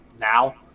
now